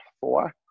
Four